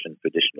traditional